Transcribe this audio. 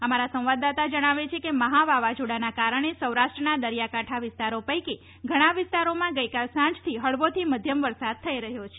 અમારા સંવાદદાતા જણાવે છે કે મહા વાવાઝોડાના કારણે સૌરાષ્ટ્રના દરિયા કાંઠા વિસ્તારો પૈકી ઘણાં વિસ્તારોમાં ગઈકાલ સાંજથી હળવોથી મધ્યમ વરસાદ થઈ રહ્યો છે